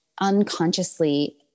unconsciously